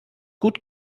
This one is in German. gut